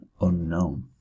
Unknown